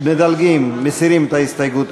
מדלגים, מסירים את ההסתייגות.